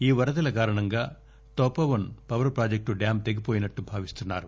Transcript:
ఈ వరదల కారణంగా తవోవన్ పవర్ ప్రాజెక్ట్ డ్యామ్ తెగివోయినట్లు భావిస్తున్నారు